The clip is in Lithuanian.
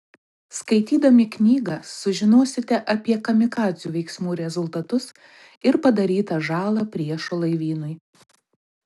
skaitydami knygą sužinosite apie kamikadzių veiksmų rezultatus ir padarytą žalą priešo laivynui